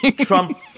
Trump